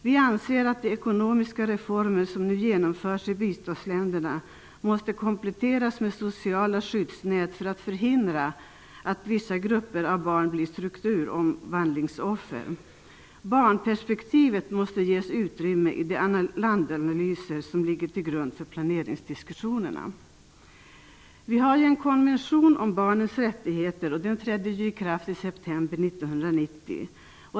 Vi anser att de ekonomiska reformer som nu genomförs i biståndsländerna måste kompletteras med sociala skyddsnät för att förhindra att vissa grupper av barn blir strukturomvandlingsoffer. Barnperspektivet måste ges utrymme i de landanalyser som ligger till grund för planeringsdiskussionerna. Det finns en konvention om barnens rättigheter. Den trädde i kraft i september 1990.